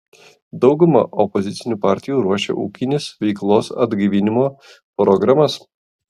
dauguma opozicinių partijų ruošia ūkinės veiklos atgaivinimo programas